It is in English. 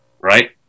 right